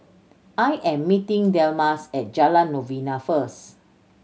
I am meeting Delmas at Jalan Novena first